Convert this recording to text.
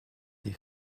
des